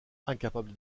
incapable